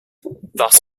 thus